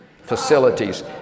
facilities